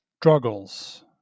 struggles